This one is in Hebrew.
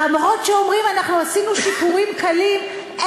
למרות שאומרים: עשינו שיפורים קלים,